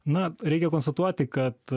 na reikia konstatuoti kad